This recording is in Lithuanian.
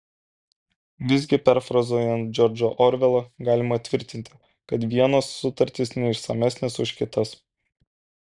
visgi perfrazuojant džordžą orvelą galima tvirtinti kad vienos sutartys neišsamesnės už kitas